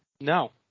No